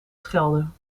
schelden